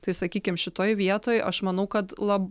tai sakykim šitoj vietoj aš manau kad lab